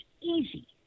easy